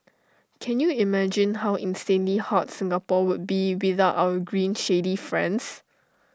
can you imagine how insanely hot Singapore would be without our green shady friends